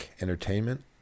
Entertainment